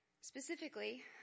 Specifically